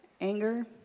anger